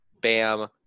Bam